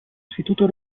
istituto